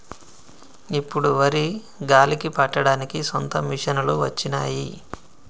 ఇప్పుడు వరి గాలికి పట్టడానికి సొంత మిషనులు వచ్చినాయి